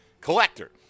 collector